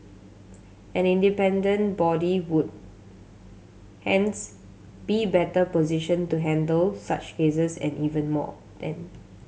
an independent body would hence be better positioned to handle such cases and even more then